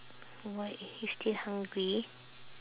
what you still hungry